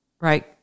right